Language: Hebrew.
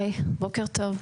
היי, בוקר טוב.